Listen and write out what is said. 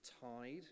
tide